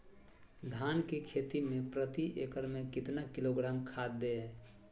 धान की खेती में प्रति एकड़ में कितना किलोग्राम खाद दे?